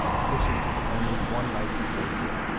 tuition is only one like or share.